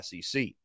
SEC